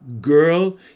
girl